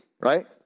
right